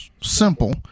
simple